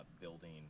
building